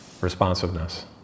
responsiveness